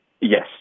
yes